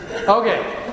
Okay